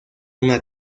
una